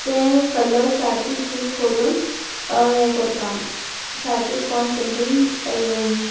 तें कलर्स सारकी चूज करून हे कोरपा सारके स्पोंज पेंटींग